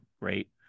great